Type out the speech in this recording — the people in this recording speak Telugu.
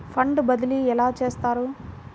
ఫండ్ బదిలీ ఎలా చేస్తారు?